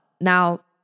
Now